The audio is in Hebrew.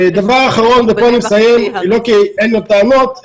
היא לא בקונטקסט הפוליטי הרגיל,